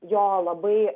jo labai